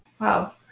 Wow